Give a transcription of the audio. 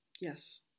yes